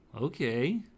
okay